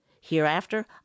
hereafter